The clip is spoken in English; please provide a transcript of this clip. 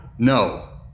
No